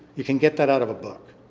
you can get that out of a book.